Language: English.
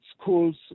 schools